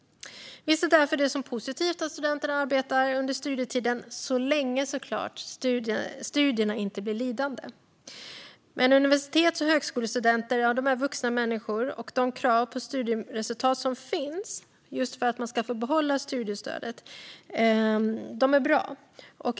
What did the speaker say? Vi ser det som positivt att studenter arbetar under studietiden - så länge studierna inte blir lidande, såklart. Men universitets och högskolestudenter är vuxna människor, och de krav på studieresultat som finns för att man ska få behålla studiestödet är bra.